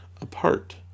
apart